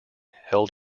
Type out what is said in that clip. held